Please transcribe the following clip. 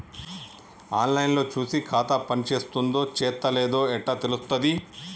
On line లో చూసి ఖాతా పనిచేత్తందో చేత్తలేదో ఎట్లా తెలుత్తది?